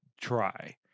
try